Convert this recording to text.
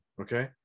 okay